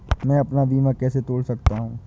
मैं अपना बीमा कैसे तोड़ सकता हूँ?